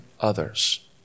others